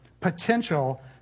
potential